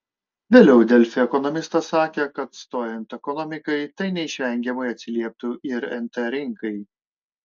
vėliau delfi ekonomistas sakė kad stojant ekonomikai tai neišvengiamai atsilieptų ir nt rinkai